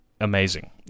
amazing